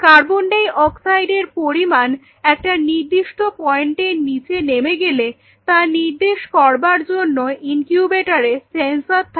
carbon ডাই অক্সাইডের পরিমাণ একটা নির্দিষ্ট পয়েন্টে নিচে নেমে গেলে তা নির্দেশ করবার জন্য ইনকিউবেটরে সেন্সর থাকে